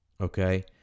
Okay